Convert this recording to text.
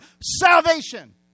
salvation